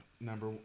number